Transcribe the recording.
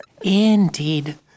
Indeed